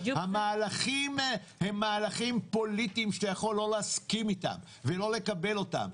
המהלכים הם מהלכים פוליטיים שאתה יכול לא להסכים אתם ולא לקבל אותם.